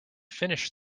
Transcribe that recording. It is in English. finished